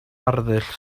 arddull